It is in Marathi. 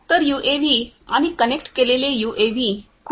तर यूएव्ही आणि कनेक्ट केलेले यूएव्ही खूपच आकर्षक आहेत